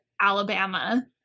Alabama